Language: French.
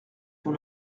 pour